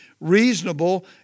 reasonable